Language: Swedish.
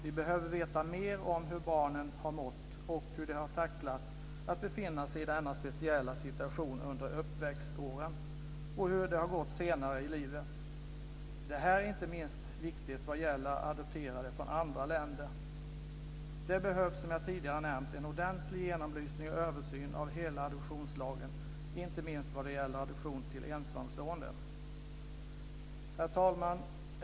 Vi behöver veta mer om hur barnen har mått och hur de har tacklat att befinna sig i denna speciella situation under uppväxtåren och hur det har gått senare i livet. Det här är inte minst viktigt när det gäller adopterade från andra länder. Det behövs, som jag tidigare nämnt, en ordentlig genomlysning och översyn av hela adoptionslagen, inte minst vad gäller adoption till ensamstående. Herr talman!